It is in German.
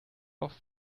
oft